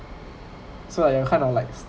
so I will kind of like